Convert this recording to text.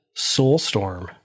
Soulstorm